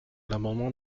l’amendement